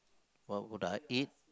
what would I eat